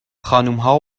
خانمها